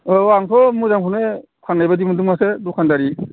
औ आंथ' मोजांखौनो फाननायबायदि मोनदों माथो दखानदारि